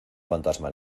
fantasma